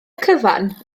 cyfan